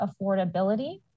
affordability